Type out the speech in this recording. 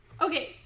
okay